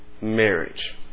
marriage